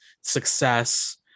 success